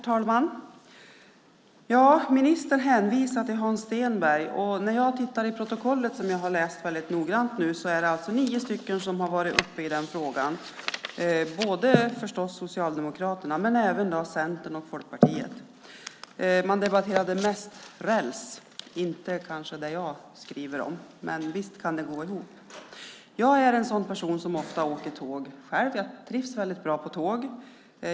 Herr talman! Ministern hänvisar till Hans Stenberg. När jag tittar i protokollet, som jag nu har läst väldigt noggrant, ser jag att nio stycken var uppe i den frågan, såväl Socialdemokraterna som Centern och Folkpartiet. Man debatterade mest räls och kanske inte det jag skriver om, men visst kan det gå ihop. Jag är en person som ofta åker tåg och som trivs väldigt bra på tåg.